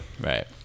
Right